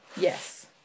Yes